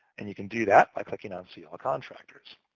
and you can do that by clicking on see all contractors.